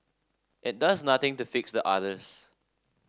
it does nothing to fix the others